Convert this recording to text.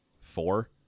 four